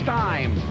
time